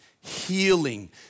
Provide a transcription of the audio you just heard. healing